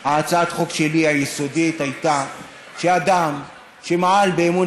שלי היסודית הייתה שאדם שמעל באמון